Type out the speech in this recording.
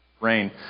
rain